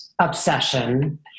obsession